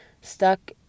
stuck